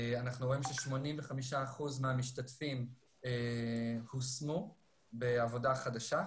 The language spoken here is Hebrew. אנחנו רואים ש-85% מהמשתתפים הושמו בעבודה חדשה,